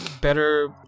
better